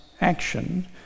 action